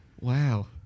Wow